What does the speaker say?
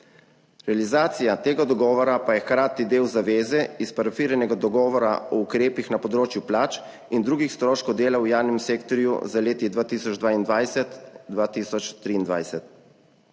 realizacija tega dogovora pa je hkrati del zaveze iz parafiranega dogovora o ukrepih na področju plač in drugih stroškov dela v javnem sektorju za leti 2022, 2023.